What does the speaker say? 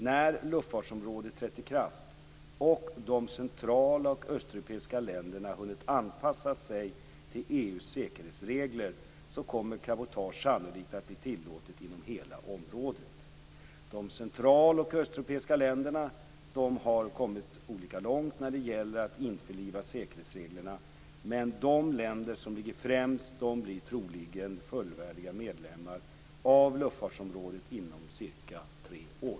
När luftfartsområdet trätt i kraft och de central och östeuropeiska länderna hunnit anpassa sig till EU:s säkerhetsregler kommer cabotage sannolikt att bli tillåtet inom hela området. De central och östeuropeiska länderna har kommit olika långt när det gäller att införliva säkerhetsreglerna men de länder som ligger främst blir troligen fullvärdiga medlemmar av luftfartsområdet inom cirka tre år.